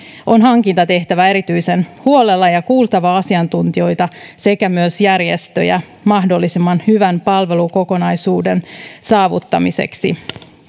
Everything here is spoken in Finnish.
on hankinta tehtävä erityisen huolella ja kuultava asiantuntijoita sekä myös järjestöjä mahdollisimman hyvän palvelukokonaisuuden saavuttamiseksi